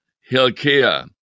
Hilkiah